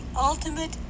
ultimate